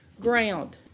ground